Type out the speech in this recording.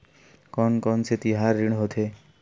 कोन कौन से तिहार ऋण होथे?